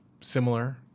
similar